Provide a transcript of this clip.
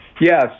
Yes